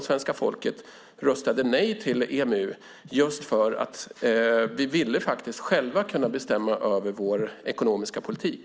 Svenska folket röstade väl nej till EMU just för att vi själva ville kunna bestämma över vår ekonomiska politik.